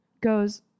goes